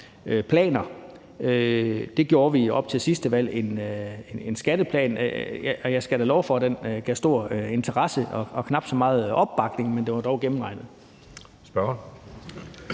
planer. Det gjorde vi op til sidste valg. Der havde vi en skatteplan, og jeg skal da love for, at den havde stor interesse og knap så meget opbakning, men den var dog gennemregnet.